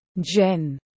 Jen